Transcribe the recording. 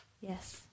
Yes